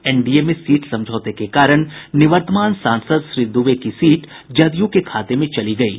NDA में सीट समझौते के कारण निवर्तमान सांसद श्री दूबे की सीट जदयू के खाते में चली गयी है